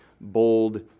bold